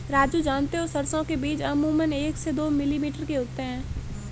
राजू जानते हो सरसों के बीज अमूमन एक से दो मिलीमीटर के होते हैं